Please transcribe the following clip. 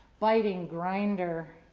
biting grinder,